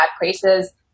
places